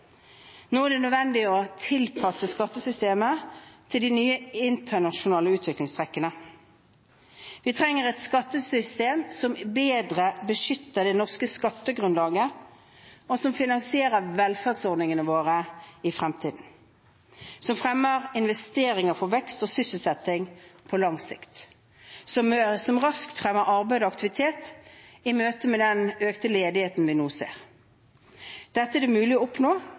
Nå er det nødvendig å tilpasse skattesystemet til de nye internasjonale utviklingstrekkene. Vi trenger et skattesystem som bedre beskytter det norske skattegrunnlaget, og som finansierer velferdsordningene våre i fremtiden, som fremmer investeringer for vekst og sysselsetting på lang sikt, som raskt fremmer arbeid og aktivitet i møte med den økte ledigheten vi nå ser. Dette er det mulig å oppnå